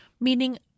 meaning